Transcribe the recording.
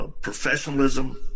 Professionalism